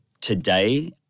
today